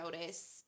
notice